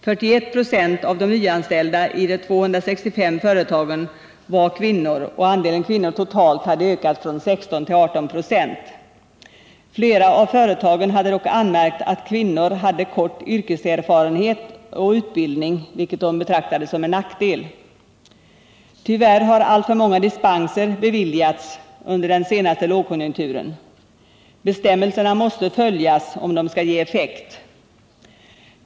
41 96 av de nyanställda i de 265 företagen var kvinnor, och andelen kvinnor hade totalt ökat från 16 till 18 96. Flera av företagen hade anmärkt att kvinnor hade kort yrkeserfarenhet och utbildning, vilket företagen betraktade som en nackdel. Tyvärr har alltför många dispenser beviljats under den senaste lågkonjunkturen. Bestämmelserna måste följas om de skall ge effekt.